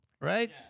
right